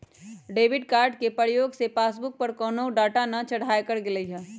debit card के प्रयोग से पासबुक पर कोनो डाटा न चढ़ाएकर गेलइ ह